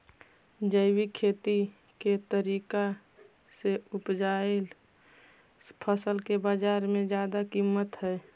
जैविक खेती के तरीका से उगाएल फसल के बाजार में जादा कीमत हई